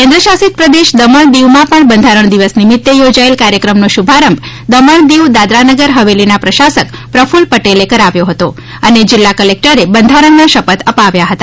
કેન્રણશાસિત પ્રદેશ દમણ દીવમાં પણ બંધારણ દિવસ નિમિત્તે યોજાયેલ કાર્યક્રમનો શુભારંભ દમણ દીવ દાદરાનગર હવેલીના પ્રશાસક પ્રકૂલ પટેલે કરાવ્યો હતો અને જિલ્લા કલેક્ટરે બંધારણના શપથ અપાવ્યા હતા